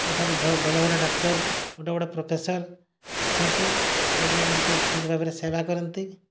ସେଠାରେ ଭଲ ବଡ଼ ଡାକ୍ତର ଗୋଟିଏ ବଡ଼ ପ୍ରଫେସର ଅଛନ୍ତି ରୋଗୀମାନଙ୍କୁ ଠିକ ଭାବରେ ସେବା କରନ୍ତି